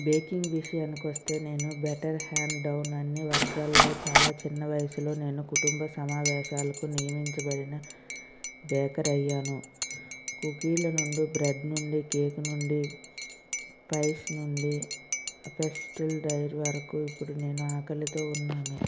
baking విషయానికి వస్తే నేను బెటర్ హ్యాండ్ డౌన్ అనే వర్గాల్లో చాలా చిన్న వయసులో నేను కుటుంబ సమావేశాలకు నియమించబడిన బేకర్ అయ్యాను కుకీల నుండి బ్రెడ్ నుండి కేక్ నుండి పైస్ నుండి పెస్టిల్ డైర్ వరకు ఇప్పుడు నేను ఆకలితో ఉన్నాను